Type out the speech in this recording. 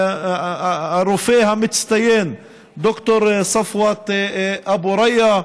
הרופא המצטיין ד"ר ספואת אבו ריא,